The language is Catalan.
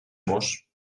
mos